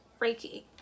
reiki